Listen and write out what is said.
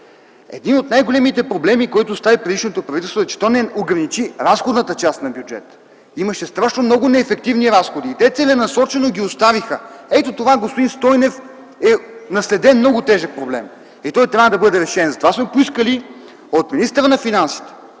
един от най-големите проблеми, който остави предишното правителство, е, че не ограничи разходната част на бюджета. Имаше страшно много неефективни разходи и те целенасочено ги оставиха. Ето това, господин Стойнев, е наследен много тежък проблем и той трябва да бъде решен. Затова сме поискали от министъра на финансите